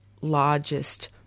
largest